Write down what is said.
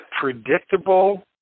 predictable